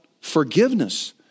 forgiveness